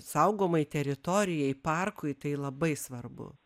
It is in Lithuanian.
saugomai teritorijai parkui tai labai svarbu